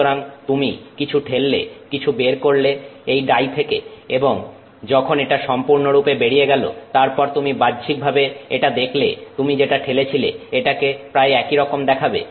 সুতরাং তুমি কিছু ঠেললে কিছু বের করলে এই ডাই থেকে এবং যখন এটা সম্পূর্ণরূপে বেরিয়ে গেল তারপর তুমি বাহ্যিকভাবে এটা দেখলে তুমি যেটা ঠেলেছিলে এটাকে প্রায় একইরকম দেখাবে